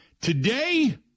Today